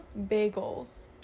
bagels